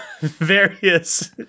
various